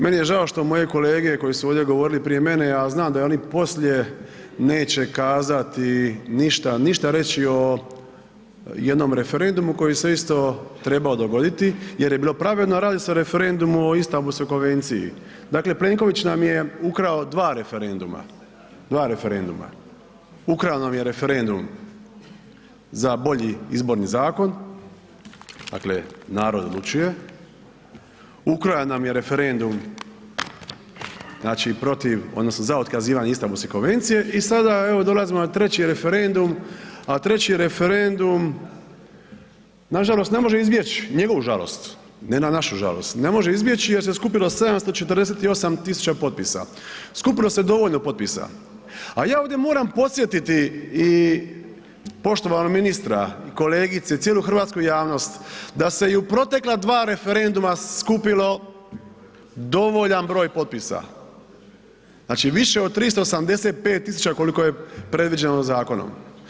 Meni je žao što moje kolege koji su ovdje govorili prije mene, ja znam da oni poslije neće kazati, ništa, ništa reći o jednom referendumu koji se isto trebao dogoditi jer je bilo pravedno, radi se o referendumu o Istambulskoj konvenciji, dakle Plenković nam je ukrao dva referenduma, dva referenduma, ukrao nam je referendum za bolji izborni zakon, dakle narod odlučuje, ukrao nam je referendum znači protiv odnosno za otkazivanje Istambulske konvencije i sada evo dolazimo na treći referendum, a treći referendum nažalost ne može izbjeć, njegovu žalost, ne na našu žalost, ne može izbjeći jer se skupilo 748 000 potpisa, skupilo se dovoljno potpisa, a ja ovdje moram podsjetiti i poštovanog ministra i kolegice i cijelu hrvatsku javnost, da se i u protekla dva referenduma skupilo dovoljan broj potpisa, znači više od 385 000 koliko je predviđeno zakonom.